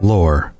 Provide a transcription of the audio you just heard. Lore